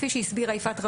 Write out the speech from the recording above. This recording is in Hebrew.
כפי שהסבירה יפעת רווה,